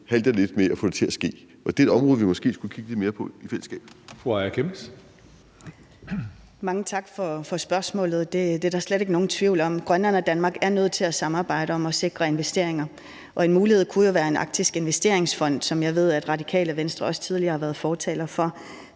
Tredje næstformand (Karsten Hønge): Fru Aaja Chemnitz. Kl. 17:00 Aaja Chemnitz (IA): Mange tak for spørgsmålet. Det er der slet ikke nogen tvivl om. Grønland og Danmark er nødt til at samarbejde om at sikre investeringer, og en mulighed kunne jo være en arktisk investeringsfond, som jeg ved at Radikale Venstre også tidligere har været fortaler for.